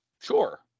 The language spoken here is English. Sure